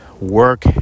Work